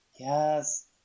Yes